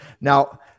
Now